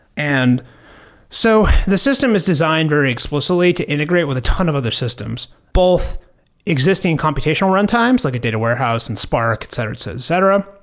and so the system is designed very explicitly to integrate with a ton of other systems, both existing computational runtimes, like a data warehouse and spark, etc, etc,